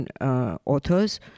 authors